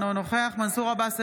אינו נוכח מנסור עבאס,